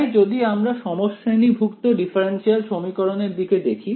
তাই যদি আমরা সমশ্রেণীভুক্ত ডিফারেন্সিয়াল সমীকরণের দিকে দেখি